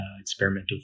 experimental